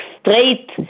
straight